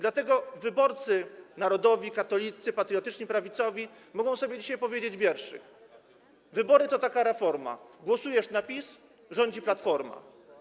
Dlatego wyborcy narodowi, katoliccy, patriotyczni, prawicowi mogą sobie dzisiaj powiedzieć wierszyk: Wybory to taka reforma - głosujesz na PiS, rządzi Platforma.